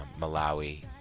Malawi